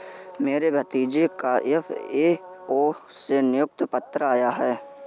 मेरे भतीजे का एफ.ए.ओ से नियुक्ति पत्र आया है